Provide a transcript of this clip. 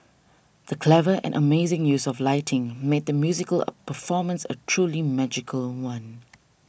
the clever and amazing use of lighting made the musical a performance a truly magical one